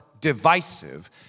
divisive